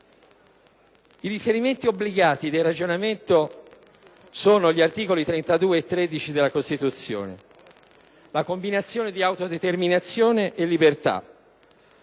I riferimenti obbligati del ragionamento sono gli articoli 32 e 13 della Costituzione. La combinazione di autodeterminazione e libertà